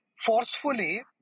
forcefully